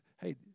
Hey